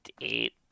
eight